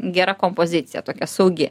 gera kompozicija tokia saugi